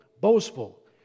boastful